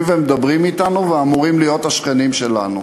ומדברים אתנו ואמורים להיות השכנים שלנו.